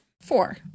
Four